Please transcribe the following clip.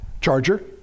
Charger